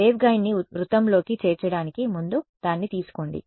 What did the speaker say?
వేవ్గైడ్ని వృత్తంలోకి చేర్చడానికి ముందు దాన్ని తీసుకోండి